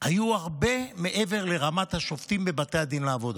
היו הרבה מעבר לרמת השופטים בבתי הדין לעבודה.